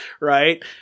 right